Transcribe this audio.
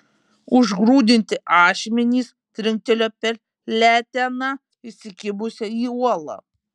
užgrūdinti ašmenys trinktelėjo per leteną įsikibusią į uolą